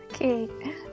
Okay